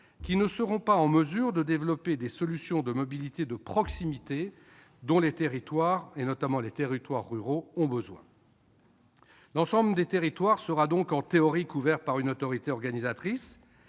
qui ne seront pas en mesure de développer les solutions de mobilité de proximité dont nos territoires, notamment ruraux, ont besoin. L'ensemble des territoires sera donc en théorie couvert par une autorité organisatrice,